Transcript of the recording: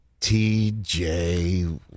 TJ